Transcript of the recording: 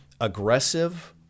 aggressive